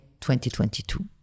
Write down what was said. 2022